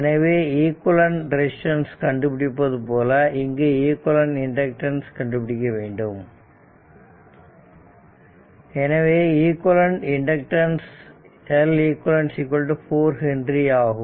எனவே equivalent resistance கண்டுபிடிப்பது போல இங்கு ஈக்குவேலன்ட் இண்டக்டன்ஸ் கண்டுபிடிக்க வேண்டும் எனவே ஈக்குவேலன்ட் இண்டக்டன்ஸ் Leq 4 H ஆகும்